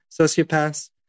sociopaths